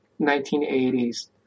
1980s